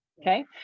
Okay